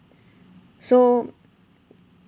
so